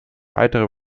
weitere